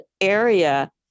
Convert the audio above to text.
area